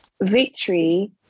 victory